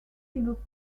single